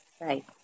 Right